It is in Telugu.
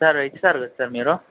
సార్ ఇస్తారు కదా సార్ మీరూ